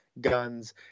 guns